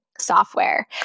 software